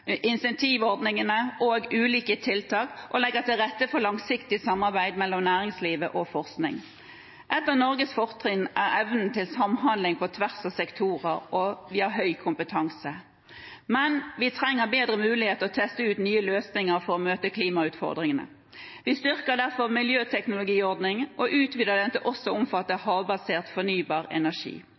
incentivordningene og ulike tiltak og legger til rette for langsiktig samarbeid mellom næringslivet og forskningen. Et av Norges fortrinn er evnen til samhandling på tvers av sektorer, og vi har høy kompetanse. Men vi trenger bedre muligheter til å teste ut nye løsninger for å møte klimautfordringene. Vi styrker derfor miljøteknologiordningen, og utvider den til også å omfatte havbasert fornybar energi.